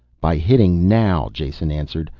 by hitting now, jason answered.